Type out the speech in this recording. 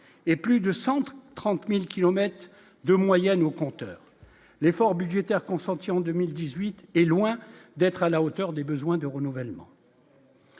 et plus de Centre 30000 kilomètres de moyenne au compteur, l'effort budgétaire consenti en 2018 est loin d'être à la hauteur des besoins de renouvellement.